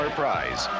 prize